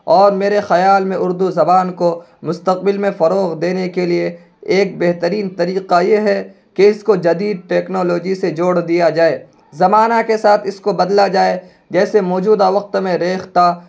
اور میرے خیال میں اردو زبان کو مستقبل میں فروغ دینے کے لیے ایک بہترین طریقہ یہ ہے کہ اس کو جدید ٹیکنالوجی سے جوڑ دیا جائے زمانہ کے ساتھ اس کو بدلا جائے جیسے موجودہ وقت میں ریختہ